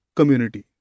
community